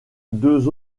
deux